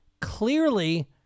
Clearly